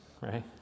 right